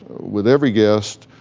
with every guest,